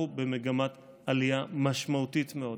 אנחנו במגמת עלייה משמעותית מאוד.